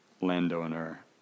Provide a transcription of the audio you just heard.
landowner